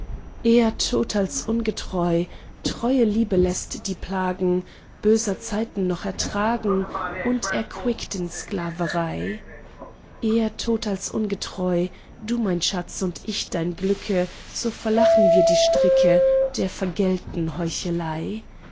eher tot als ungetreu treue liebe läßt die plagen böser zeiten noch ertragen und erquickt in sklaverei eher tot als ungetreu du mein schatz und ich dein glücke so verlachen wir die stricke der vergällten heuchelei